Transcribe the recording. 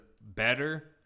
better